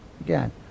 Again